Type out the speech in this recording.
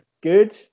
good